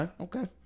Okay